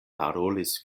parolis